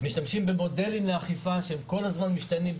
אנחנו משתמשים במודלים לאכיפה שכל הזמן משתנים,